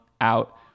out